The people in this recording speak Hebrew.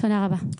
תודה רבה.